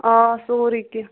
آ سورٕے کیٚنٛہہ